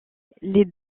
les